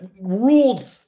ruled